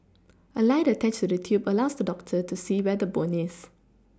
a light attached to the tube allows the doctor to see where the bone is